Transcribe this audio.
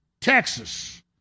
Texas